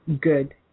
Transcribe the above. good